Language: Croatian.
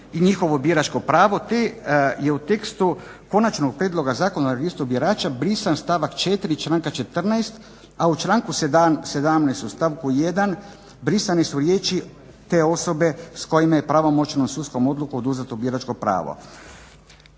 i njihovo biračko pravo. Te je u tekstu konačnog prijedloga zakona o registru birača brisan stavak 4. članka 14. a u članku 17. u stavku 1. brisane su riječi: "Te osobe kojima je pravomoćnom sudskom odlukom oduzeto biračko pravo."